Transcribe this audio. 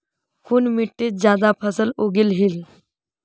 कुन मिट्टी ज्यादा फसल उगहिल?